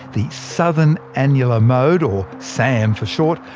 the southern annular mode, or sam for short,